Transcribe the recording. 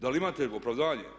Da li imate opravdanje?